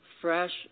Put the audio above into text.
fresh